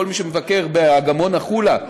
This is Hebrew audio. כל מי שמבקר באגמון החולה,